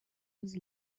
was